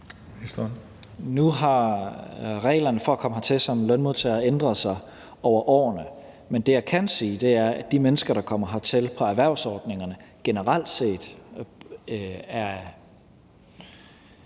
Nu har reglerne for at komme hertil som lønmodtager ændret sig over årene, men det, jeg kan sige, er, at de mennesker, der kommer hertil via erhvervsordningerne, generelt set